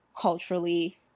culturally